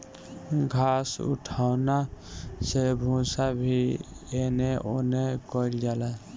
घास उठौना से भूसा भी एने ओने कइल जाला